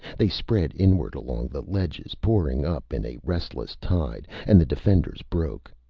they spread inward along the ledges, pouring up in a resistless tide, and the defenders broke.